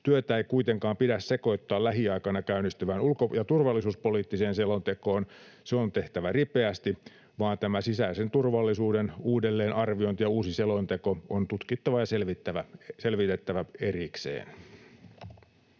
Työtä ei kuitenkaan pidä sekoittaa lähiaikoina käynnistyvään ulko- ja turvallisuuspoliittiseen selontekoon, se on tehtävä ripeästi, vaan tämä sisäisen turvallisuuden uudelleenarviointi ja uusi selonteko on tutkittava ja selvitettävä erikseen.